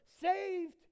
Saved